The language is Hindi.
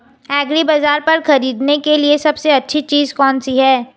एग्रीबाज़ार पर खरीदने के लिए सबसे अच्छी चीज़ कौनसी है?